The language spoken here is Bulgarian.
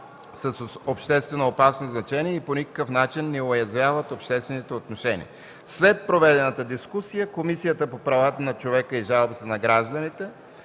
с обществено опасно значение и по никакъв начин не уязвяват обществените отношения. След проведената дискусия Комисията по правата на човека и жалбите на гражданите